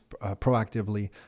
proactively